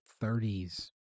thirties